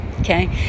Okay